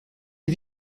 les